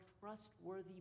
trustworthy